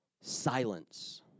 silence